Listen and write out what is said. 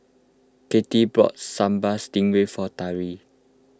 Katelyn bought Sambal Stingray for Tari